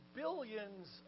billions